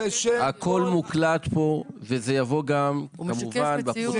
הכול מוקלט פה וזה יבוא גם כמובן בפרוטוקול.